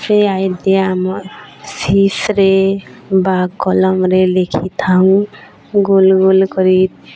ସେଇ ଆଇଡ଼ିଆ ଆମ ରେ ବା କଲମରେ ଲେଖିଥାଉ ଗୋଲ ଗୋଲ କରି